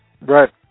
Right